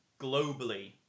globally